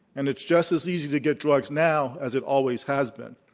and it's just as easy to get drugs now as it always has been.